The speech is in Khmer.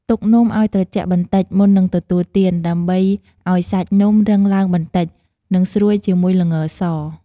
ទុកនំឱ្យត្រជាក់បន្តិច មុននឹងទទួលទាន ដើម្បីឲ្យសាច់នំរឹងឡើងបន្តិច និងស្រួយជាមួយល្ងស។